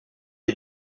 est